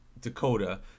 Dakota